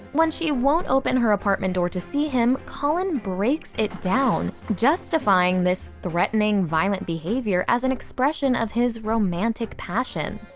when she won't open her apartment door to see him, colin breaks it down justifying this threatening, violent behavior as an expression of his romantic passion.